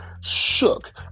shook